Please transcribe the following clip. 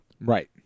right